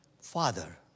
Father